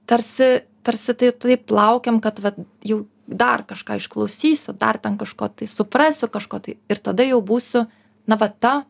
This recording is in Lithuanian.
tarsi tarsi tai laukiam kad va jau dar kažką išklausysiu dar ten kažko tai suprasiu kažko tai ir tada jau būsiu na va ta